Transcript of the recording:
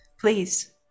Please